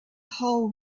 whole